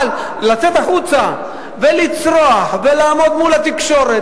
אבל לצאת החוצה ולצרוח ולעמוד מול התקשורת